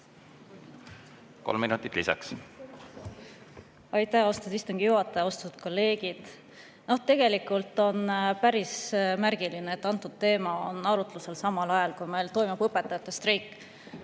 Kolm minutit lisaks.